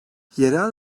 yerel